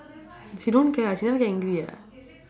she don't care ah she never get angry ah